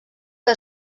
que